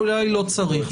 אולי לא צריך.